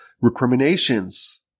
recriminations